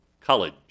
college